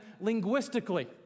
linguistically